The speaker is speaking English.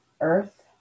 earth